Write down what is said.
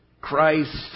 Christ